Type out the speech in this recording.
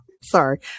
Sorry